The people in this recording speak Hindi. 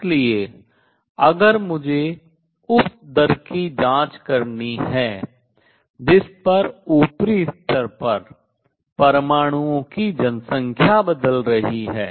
इसलिए अगर मुझे उस दर की जांच करनी है जिस पर ऊपरी स्तर पर परमाणुओं की जनसँख्या बदल रही है